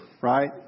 right